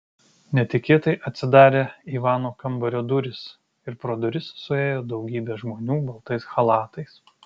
netikėtai atsidarė ivano kambario durys ir pro duris suėjo daugybė žmonių baltais chalatais